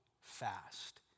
fast